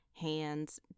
hands